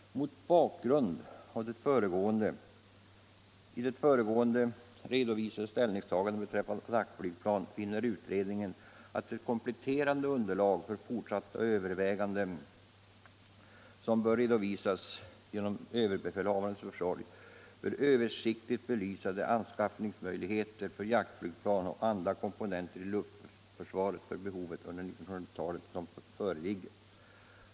Mot bakgrund av i det föregående redovisade ställningstaganden beträffande attackflygförband finner utredningen att ett kompletterande underlag för fortsatta överväganden rörande luftförsvarets framtida utformning erfordras. Detta underlag, som bör redovisas genom överbefälhavarens försorg, bör översiktligt belysa de anskaffningsmöjligheter för jaktflygplan och andra komponenter i luftförsvaret för behoven under 1990-talet som föreligger.